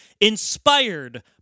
inspired